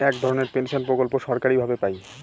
এক ধরনের পেনশন প্রকল্প সরকারি ভাবে পাই